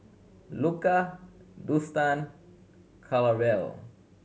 Luka Dustan Clarabelle